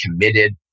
committed